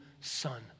son